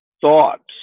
thoughts